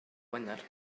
wener